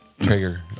trigger